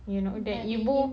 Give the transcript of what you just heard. ya that they both